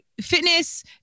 fitness